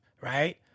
right